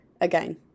Again